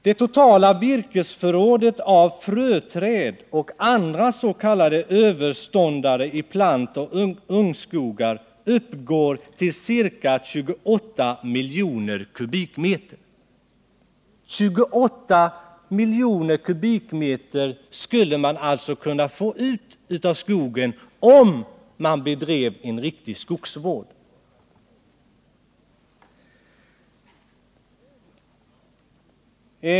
Det totala virkesförrådet av fröträd och andra s.k. överståndare i plantoch ungskogar uppgår till ca 28 miljoner m3. 28 miljoner m? skulle man alltså kunna få ut av skogen, om man bedrev en riktig skogsvård.